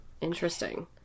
interesting